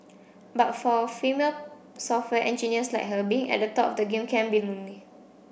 but for female software engineers like her being at the top of the game can be lonely